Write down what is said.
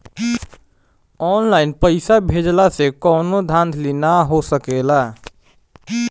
online पइसा भेजला से कवनो धांधली नाइ हो सकेला